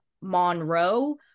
Monroe